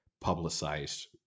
publicized